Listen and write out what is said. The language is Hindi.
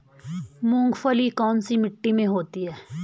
मूंगफली कौन सी मिट्टी में होती है?